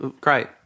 Great